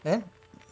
then